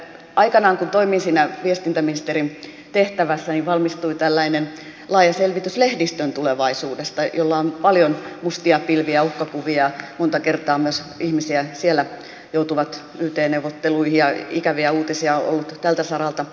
aikanaan kun toimin siinä viestintäministerin tehtävässä valmistui tällainen laaja selvitys lehdistön tulevaisuudesta jolla on paljon mustia pilviä uhkakuvia monta kertaa myös ihmisiä siellä joutuu yt neuvotteluihin ja ikäviä uutisia on ollut tältä saralta